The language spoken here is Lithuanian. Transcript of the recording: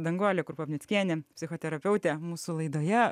danguolė krupovnickienė psichoterapeutė mūsų laidoje